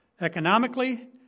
economically